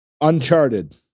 Uncharted